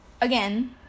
again